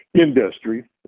industry